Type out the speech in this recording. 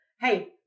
hey